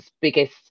biggest